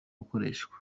gukoreshwa